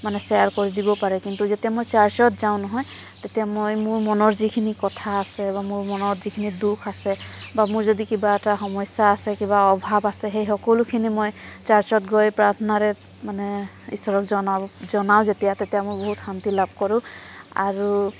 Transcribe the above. মানে শ্বেয়াৰ কৰি দিব পাৰে কিন্তু যেতিয়া মই চাৰ্ছত যাওঁ নহয় তেতিয়া মই মোৰ মনৰ যিখিনি কথা আছে বা মোৰ মনত যিখিনি দুখ আছে বা মোৰ যদি কিবা এটা সমস্যা আছে কিবা অভাৱ আছে সেই সকলোখিনি মই চাৰ্ছত গৈ প্ৰাৰ্থনাৰে মানে ঈশ্বৰক জনাওঁ জনাওঁ যেতিয়া তেতিয়া মোৰ বহুত শান্তি লাভ কৰোঁ আৰু